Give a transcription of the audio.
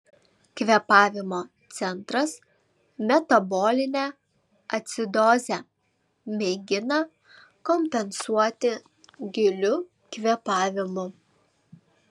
kvėpavimo centras metabolinę acidozę mėgina kompensuoti giliu kvėpavimu